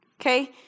Okay